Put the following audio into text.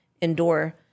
endure